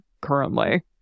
currently